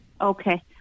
Okay